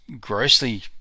grossly